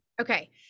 Okay